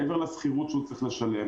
מעבר לשכירות שהוא צריך לשלם,